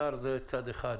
השר זה צד אחד.